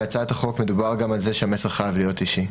בהצעת החוק מדובר גם על זה שהמסר חייב להיות אישי.